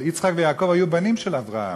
אבל יצחק ויעקב היו בנים של אברהם,